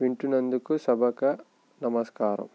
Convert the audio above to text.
వింటున్నందుకు సభకు నమస్కారం